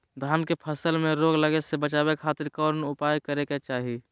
धान के फसल में रोग लगे से बचावे खातिर कौन उपाय करे के चाही?